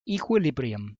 equilibrium